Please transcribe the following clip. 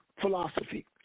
philosophy